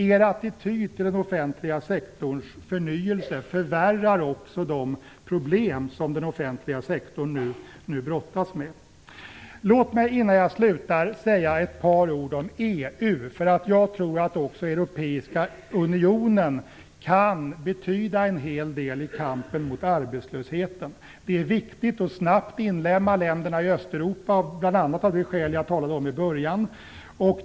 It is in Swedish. Er attityd till den offentliga sektorns förnyelse förvärrar också de problem som den offentliga sektorn nu brottas med. Låt mig innan jag slutar säga ett par ord om EU. Jag tror att också Europeiska unionen kan betyda en hel del i kampen mot arbetslösheten. Det är viktigt att snabbt inlemma länderna i Östeuropa bl.a. av det skäl som jag talade om i början av mitt anförande.